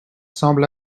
semble